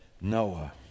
Noah